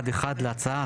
סעיף (ב1)(1) להצעה,